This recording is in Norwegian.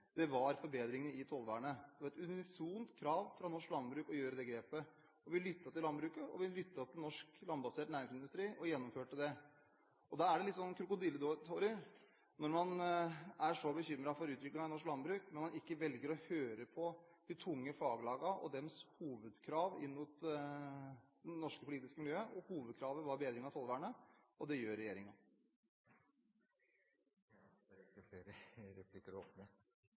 landbruket, var forbedringene i tollvernet. Det var et unisont krav fra norsk landbruk om å gjøre det grepet. Vi lyttet til landbruket, og vi lyttet til norsk landbasert næringsmiddelindustri og gjennomførte det. Det blir litt krokodilletårer når man er så bekymret for utviklingen i norsk landbruk og samtidig velger ikke å høre på de tunge faglagene og deres hovedkrav inn mot det norske politiske miljøet. Hovedkravet var å bedre tollvernet, og det gjør regjeringen. Statsråden svinger seg til de store høyder og tar ansvaret for verdens matvareproduksjon. Da er det viktig at det er